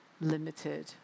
limited